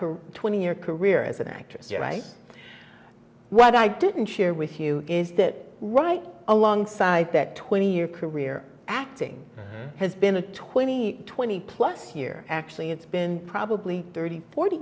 career twenty year career as an actress what i didn't share with you is that right alongside that twenty year career acting has been a twenty twenty plus year actually it's been probably thirty forty